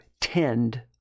tend